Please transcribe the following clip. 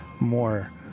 more